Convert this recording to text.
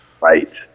Right